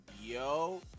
Yo